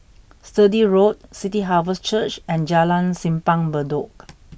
Sturdee Road City Harvest Church and Jalan Simpang Bedok